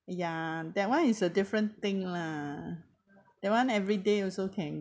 ya that one is a different thing lah that one everyday also can